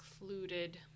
included